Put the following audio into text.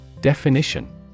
Definition